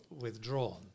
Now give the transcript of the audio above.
withdrawn